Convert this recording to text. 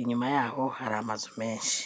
inyuma yaho hari amazu menshi.